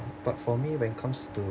but for me when comes to